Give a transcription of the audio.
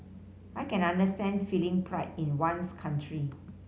I can understand feeling pride in one's country